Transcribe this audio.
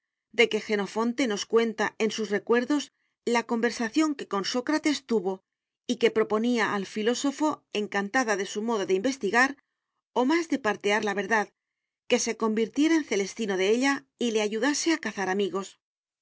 de que jenofonte nos cuenta en sus recuerdos la conversación que con sócrates tuvo y que proponía al filósofo encantada de su modo de investigar o más de partear la verdad que se convirtiera en celestino de ella y le ayudase a cazar amigos